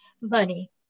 money